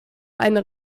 eine